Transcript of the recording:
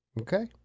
Okay